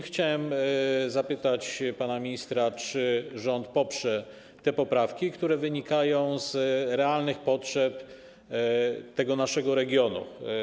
Chciałem zapytać pana ministra, czy rząd poprze te poprawki, które wynikają z realnych potrzeb naszego regionu.